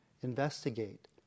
investigate